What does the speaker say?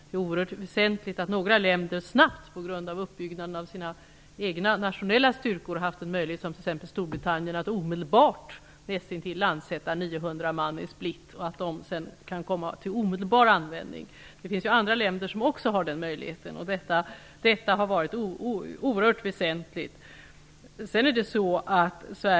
Det är oerhört väsentligt att t.ex. Storbritannien genom uppbyggnaden av sina egna nationella styrkor har haft en möjlighet att omedelbart nästintill landsätta 900 man i Split och att de sedan kan komma till omedelbar användning. Det finns andra länder som också har den möjligheten.